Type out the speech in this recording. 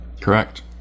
Correct